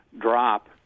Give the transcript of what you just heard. drop